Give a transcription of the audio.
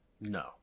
No